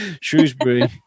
Shrewsbury